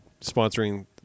sponsoring